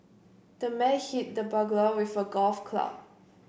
the man hit the burglar with a golf club